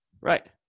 Right